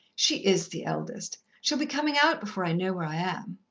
she is the eldest. she'll be comin' out before i know where i am!